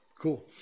cool